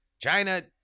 China